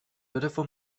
beautiful